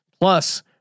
Plus